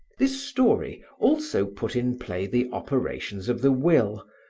this story also put in play the operations of the will,